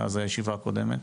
מאז הישיבה הקודמת?